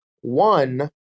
one